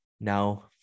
now